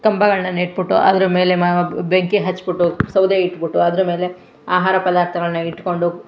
ಕಂಬಗಳನ್ನ ನೆಟ್ಬಿಟ್ಟು ಅದರ ಮೇಲೆ ಮಾ ಬೆಂಕಿ ಹಚ್ಬಿಟ್ಟು ಸೌದೆ ಇಟ್ಬಿಟ್ಟು ಅದರ ಮೇಲೆ ಆಹಾರ ಪದಾರ್ಥಗಳನ್ನ ಇಟ್ಕೊಂಡು